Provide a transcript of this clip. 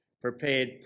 prepared